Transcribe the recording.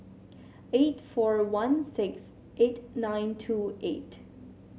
eight four one six eight nine two eight